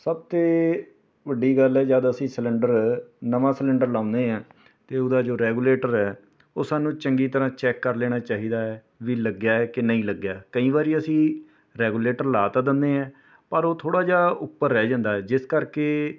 ਸਭ ਤੋਂ ਵੱਡੀ ਗੱਲ ਹੈ ਜਦੋਂ ਅਸੀਂ ਸਿਲੰਡਰ ਨਵਾਂ ਸਿਲੰਡਰ ਲਾਉਂਦੇ ਹਾਂ ਅਤੇ ਉਹਦਾ ਜੋ ਰੈਗੂਲੇਟਰ ਆ ਉਹ ਸਾਨੂੰ ਚੰਗੀ ਤਰ੍ਹਾਂ ਚੈੱਕ ਕਰ ਲੈਣਾ ਚਾਹੀਦਾ ਹੈ ਵੀ ਲੱਗਿਆ ਹੈ ਕਿ ਨਹੀਂ ਲੱਗਿਆ ਹੈ ਕਈ ਵਾਰ ਅਸੀਂ ਰੈਗੂਲੇਟਰ ਲਾ ਤਾਂ ਦਿੰਦੇ ਹਾਂ ਪਰ ਉਹ ਥੋੜ੍ਹਾ ਜਿਹਾ ਉੱਪਰ ਰਹਿ ਜਾਂਦਾ ਹੈ ਜਿਸ ਕਰਕੇ